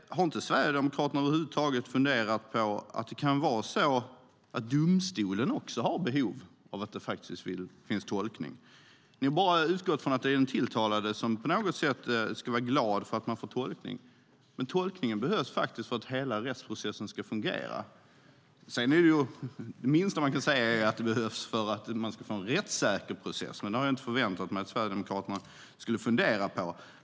Har Sverigedemokraterna över huvud taget inte funderat på att det kan vara så att domstolen också har behov av att tolkning finns? Ni har bara utgått från att det är den tilltalade som på något sätt ska vara glad för att få tolkning. Men tolkning behövs faktiskt för att hela rättsprocessen ska fungera. Sedan är det minsta man kan säga att det behövs för att få en rättssäker process, men det har jag inte förväntat mig att Sverigedemokraterna skulle fundera på.